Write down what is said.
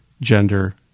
gender